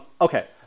Okay